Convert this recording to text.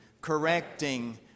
correcting